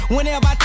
Whenever